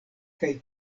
kaj